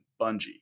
Bungie